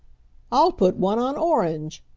i'll put one on orange,